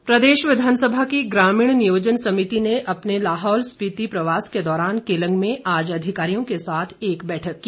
समिति प्रदेश विधानसभा की ग्रामीण नियोजन समिति ने अपने लाहौल स्पिति प्रवास के दौरान केलंग में आज अधिकारियों के साथ एक बैठक की